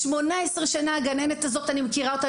18 שנה הגננת הזאת אני מכירה אותה,